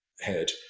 head